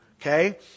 Okay